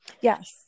yes